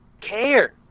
care